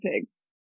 pigs